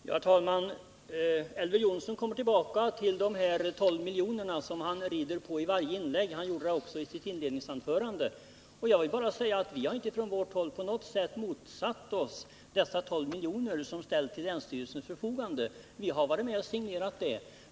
Herr talman! Elver Jonsson kommer tillbaka till det extra anslag på 12 miljoner som han rider på vid varje nejsägning. Han gjorde det också i sitt inledningsanförande. Jag vill bara säga att vi från vårt håll inte på något sätt har motsatt oss att dessa 12 miljoner ställs till länsstyrelsens förfogande, utan att vi tvärtom har varit med om att signera det beslutet.